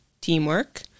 teamwork